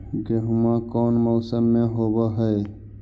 गेहूमा कौन मौसम में होब है?